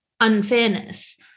unfairness